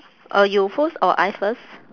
uh you first or I first